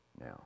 now